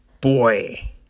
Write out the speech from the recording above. boy